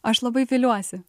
aš labai viliuosi